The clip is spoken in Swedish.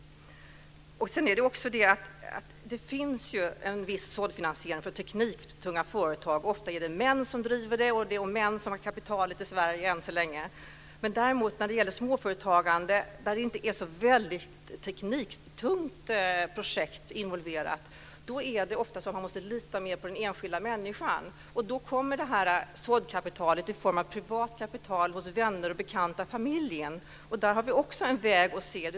Det finns en viss såddfinansiering för tekniktunga företag. Ofta är det män som driver dem, och det är män som har kapitalet i Sverige än så länge. Däremot när det gäller småföretagande, där inte så väldigt tekniktunga projekt är involverade, är det ofta så att man måste lita mer på den enskilda människan. Då kommer såddkapitalet i form av privat kapital hos vänner, bekanta och familjen. Där har vi också en väg.